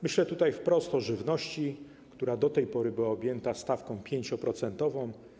Myślę wprost o żywności, która do tej pory była objęta stawką 5-procentową.